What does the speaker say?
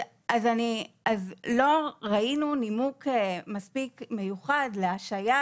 אז לא ראינו נימוק מספיק מיוחד להשהיה